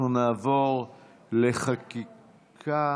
נעבור לחקיקה.